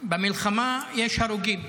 אז במלחמה יש הרוגים,